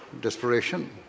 desperation